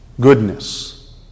Goodness